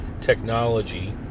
technology